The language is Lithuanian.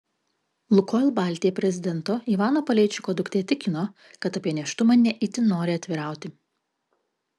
lukoil baltija prezidento ivano paleičiko duktė tikino kad apie nėštumą ne itin nori atvirauti